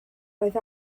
roedd